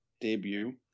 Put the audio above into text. debut